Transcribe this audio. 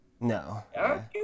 No